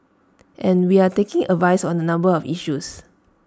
and we're taking advice on A number of issues